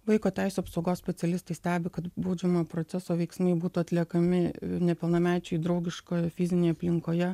vaiko teisių apsaugos specialistai stebi kad baudžiamojo proceso veiksmai būtų atliekami nepilnamečiui draugiškoj fizinėj aplinkoje